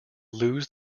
lose